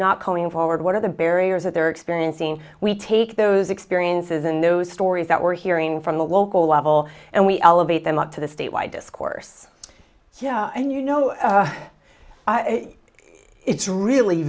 not coming forward what are the barriers that they're experiencing we take those experiences and those stories that we're hearing from the local level and we elevate them up to the statewide discourse yeah and you know it's really